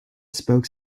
spoke